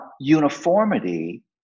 uniformity